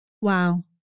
Wow